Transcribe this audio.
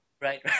Right